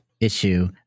issue